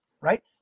right